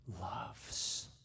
loves